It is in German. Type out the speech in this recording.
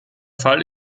fall